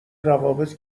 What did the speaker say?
روابط